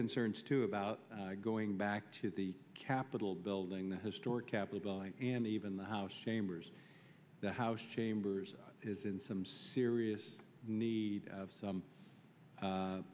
concerns too about going back to the capitol building the historic capitol and even the house chambers the house chambers is in some serious need of some